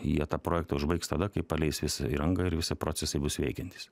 jie tą projektą užbaigs tada kai paleis įrangą ir visi procesai bus veikiantys